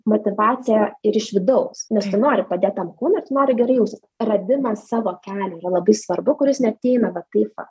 motyvacija ir iš vidaus nes tu nori padėt tam kūnui ir tu nori gerai jaustis radimas savo kelio yra labai svarbu kuris neateina va taip va